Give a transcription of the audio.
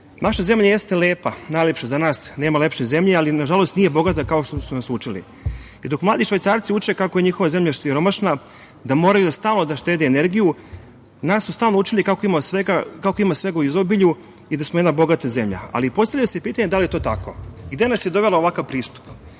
Naša zemlja jeste lepa, najlepša za nas, nema lepše zemlje, ali nažalost, nije bogata kao što su nas učili. I dok mladi Švajcarci uče kako je njihova zemlja siromašna, da moraju stalno da štede energiju, nas su stalno učili kako imamo svega u izobilju i da smo jedna bogata zemlja. Ali, postavlja se pitanje, da li je to tako? Gde nas je doveo ovakav